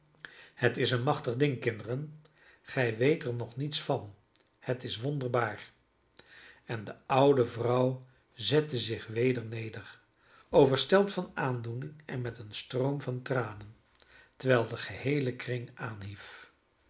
het is een machtig ding kinderen gij weet er nog niets van het is wonderbaar en de oude vrouw zette zich weder neder overstelpt van aandoening en met een stroom van tranen terwijl de geheele kring